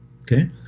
okay